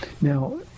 Now